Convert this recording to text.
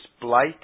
blight